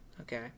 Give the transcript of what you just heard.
okay